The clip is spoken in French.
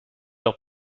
leur